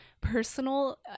personal